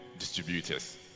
distributors